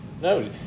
No